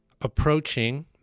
approaching